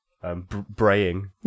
Braying